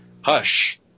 Hush